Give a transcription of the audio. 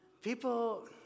People